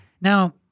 Now